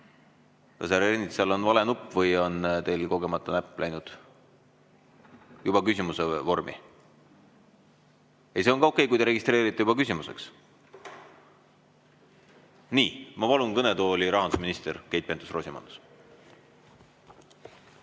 Kas härra Ernitsal on vale nupp või on teil kogemata näpp läinud juba küsimuse peale? See on ka okei, kui te juba registreerite küsimuseks. Nii, ma palun kõnetooli rahandusminister Keit Pentus-Rosimannuse.